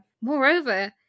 Moreover